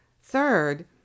Third